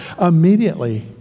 immediately